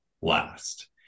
last